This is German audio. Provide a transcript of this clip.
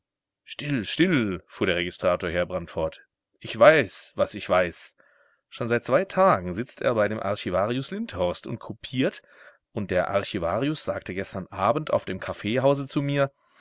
still still fuhr der registrator heerbrand fort ich weiß was ich weiß schon seit zwei tagen sitzt er bei dem archivarius lindhorst und kopiert und der archivarius sagte gestern abend auf dem kaffeehause zu mir